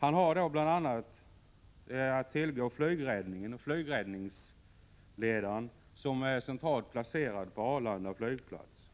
Han har att tillgå bl.a. flygräddningen och flygräddningsledaren med central placering på Arlanda flygplats.